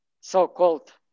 so-called